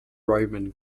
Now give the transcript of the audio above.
roman